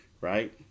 Right